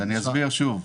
אסביר שוב.